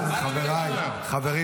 חבריי, חברים.